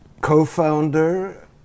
Co-founder